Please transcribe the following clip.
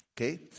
Okay